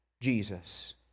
Jesus